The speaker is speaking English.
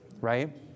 right